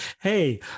hey